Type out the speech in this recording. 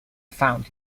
found